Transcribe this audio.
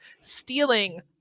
stealing